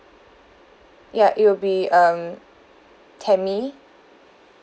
ya it will be um tammy